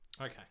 okay